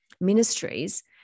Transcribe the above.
ministries